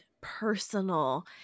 personal